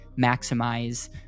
maximize